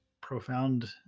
profound